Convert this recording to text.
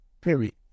period